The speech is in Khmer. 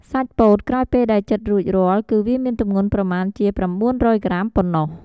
សាច់ពោតក្រោយពេលដែលចិត្តរួចរាល់ គឺវាមានទម្ងន់ប្រមាណជា ៩០០ ក្រាមប៉ុណ្ណោះ។